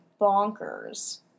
bonkers